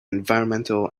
environmental